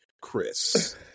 chris